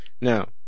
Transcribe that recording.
Now